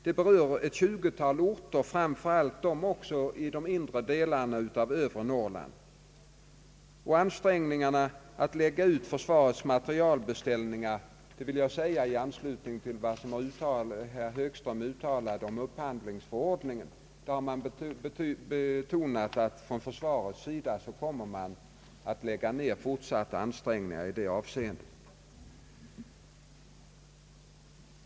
Det berör ett tjugotal orter, framför allt i de inre delarna av övre Norrland. I anslutning till vad herr Högström sade om upphandlingsförordningen har man från försvarets sida betonat att man kommer att göra fortsatta ansträngningar när det gäller beställning av försvarets materialdelar.